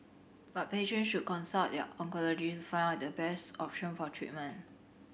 but patients should consult their oncologist to find out the best option for treatment